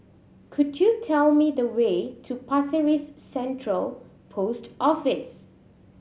could you tell me the way to Pasir Ris Central Post Office